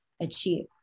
achieve